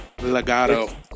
legato